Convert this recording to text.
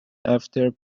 after